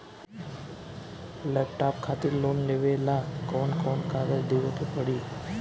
Laptop खातिर loan लेवे ला कौन कौन कागज देवे के पड़ी?